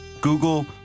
Google